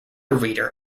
reader